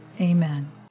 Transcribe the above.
Amen